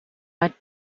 had